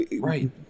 right